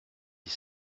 dix